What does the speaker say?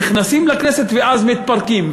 נכנסים לכנסת ואז מתפרקים.